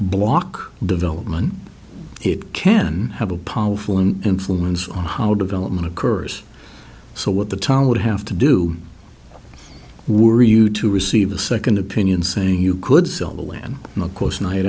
block development it can have a powerful an influence on how development occurs so what the town would have to do were you to receive a second opinion saying you could sell the land and of course night